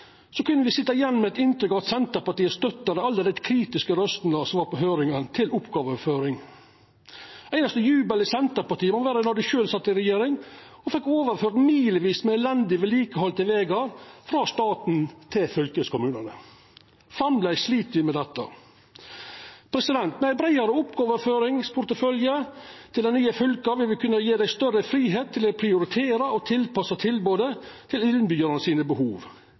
så det er underleg å høyra på dei. Til og med under høyringa i Stortinget kunne me sitja igjen med eit inntrykk av at Senterpartiet støttar alle dei kritiske røystene som då var mot oppgåveoverføring. Den einaste jubelen i Senterpartiet må ha vore då dei sjølve sat i regjering og fekk overført milevis med elendig vedlikehaldne vegar frå staten til fylkeskommunane. Framleis slit me me dette. Med ein breiare oppgåveportefølje til dei nye fylka vil me kunna gje dei større fridom til å prioritera og tilpassa tilbodet til innbyggjarane sine behov.